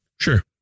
Sure